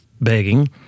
begging